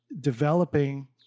developing